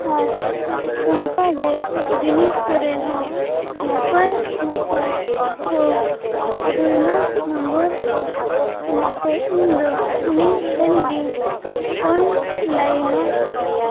ᱟᱨ ᱱᱚᱝᱠᱟᱜᱮ ᱵᱤᱱᱤᱰ ᱠᱚᱨᱮᱦᱚᱸ ᱱᱟᱯᱟᱭᱼᱱᱟᱯᱟᱭᱠᱚ ᱟᱹᱜᱩᱭ ᱢᱟ ᱱᱟᱢᱵᱟᱨᱠᱚ ᱚᱱᱟᱛᱮ ᱤᱧᱫᱚ ᱩᱱᱤ ᱴᱷᱮᱱᱜᱮᱧ ᱚᱱᱞᱟᱭᱤᱱᱟ